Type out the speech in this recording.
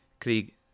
Krieg